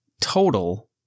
total